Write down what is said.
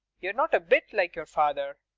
you're not a bit like your father.